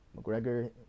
McGregor